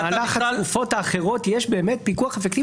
במהלך התקופות האחרות יש באמת פיקוח אפקטיבי.